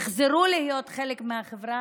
הם יחזרו להיות חלק מהחברה.